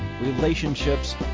relationships